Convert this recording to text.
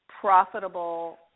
profitable